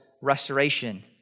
restoration